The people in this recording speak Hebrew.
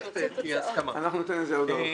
אנחנו ניתן לזה עוד זמן,